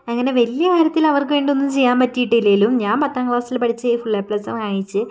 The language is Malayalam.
അങ്ങനെ വലിയ കാര്യത്തിൽ അവർക്ക് വേണ്ടതൊന്നും ചെയ്യാൻ പറ്റിയിട്ടില്ലെങ്കിലും ഞാൻ പത്താം ക്ലാസിൽ പഠിച്ചു ഫുൾ എ പ്ലസ് വാങ്ങിച്ച്